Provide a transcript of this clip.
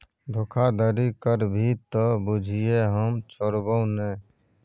धोखाधड़ी करभी त बुझिये हम छोड़बौ नै